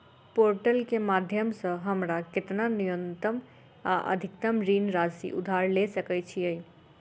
Portal केँ माध्यम सऽ हमरा केतना न्यूनतम आ अधिकतम ऋण राशि उधार ले सकै छीयै?